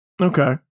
Okay